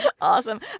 Awesome